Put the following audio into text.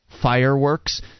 fireworks